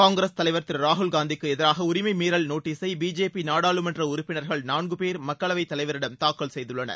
காங்கிரஸ் தலைவர் திரு ராகுல்காந்திக்கு எதிராக உரிமை மீறல் நோட்டீசை பிஜேபி நாடாளுமன்ற உறுப்பினர்கள் நான்கு பேர் மக்களவைத் தலைவரிடம் தாக்கல் செய்துள்ளனர்